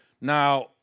Now